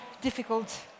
difficult